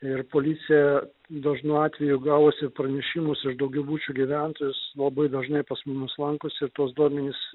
ir policija dažnu atveju gavusi pranešimus iš daugiabučių gyventojus labai dažnai pas mus lankosi ir tuos duomenis